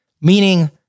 Meaning